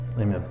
Amen